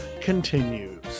continues